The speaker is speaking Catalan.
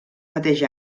mateix